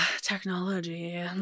Technology